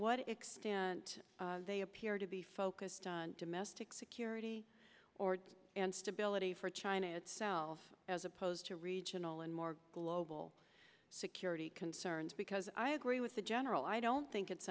what extent they appear to be focused on domestic security or and stability for china itself as opposed to regional and more global security concerns because i agree with the general i don't think it's